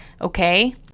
okay